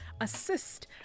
assist